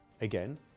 again